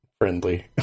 friendly